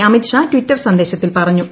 Amit Shah Twitter സന്ദേശത്തിൽ പറഞ്ഞു